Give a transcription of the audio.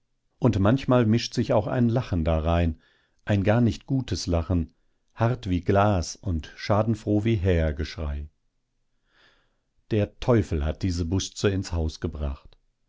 und manchmal mischt sich auch ein lachen darein ein gar nicht gutes lachen hart wie glas und schadenfroh wie hähergeschrei der teufel hat diese busze ins haus gebracht